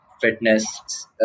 fitness